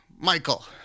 Michael